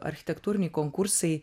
architektūriniai konkursai